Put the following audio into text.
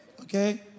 Okay